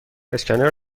اسکنر